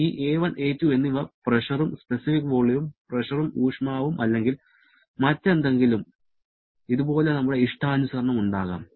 ഈ a1 a2 എന്നിവ പ്രഷറും സ്പെസിഫിക് വോളിയവും പ്രഷറും ഊഷ്മാവും അല്ലെങ്കിൽ മറ്റെന്തെങ്കിലും ഇത്പോലെ നമ്മുടെ ഇഷ്ടാനുസരണം ഉണ്ടാകാം